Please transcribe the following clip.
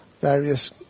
various